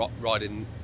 riding